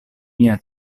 mia